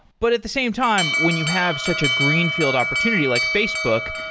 but at the same time, when you have such a greenfield opportunity like facebook,